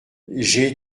j’ai